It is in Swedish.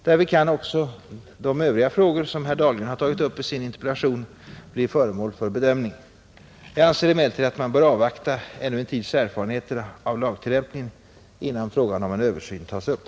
Därvid kan också de övriga frågor som herr Dahlgren har tagit upp i sin interpellation bli föremål för bedömning. Jag anser emellertid att man bör avvakta ännu en tids erfarenheter av lagtillämpningen, innan frågan om en översyn tas upp.